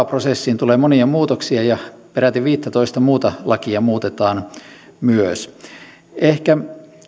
prosessiin tulee monia muutoksia ja peräti viittätoista muuta lakia muutetaan myös ehkä